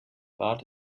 barth